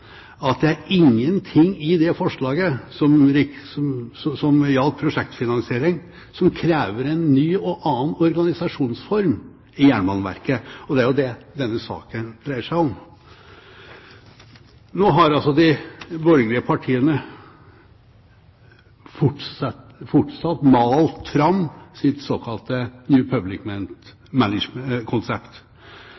at det er ingenting i det forslaget, som gjaldt prosjektfinansiering, som krever en ny og annen organisasjonsform i Jernbaneverket. Det er jo det denne saken dreier seg om. Nå har altså de borgerlige partiene fortsatt med å male fram sitt såkalte New